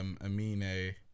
Amine